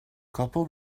couple